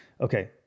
Okay